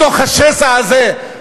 בתוך השסע הזה,